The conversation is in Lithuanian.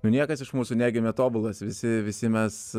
nu niekas iš mūsų negimė tobulas visi visi mes